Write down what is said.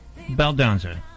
Baldanza